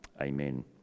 amen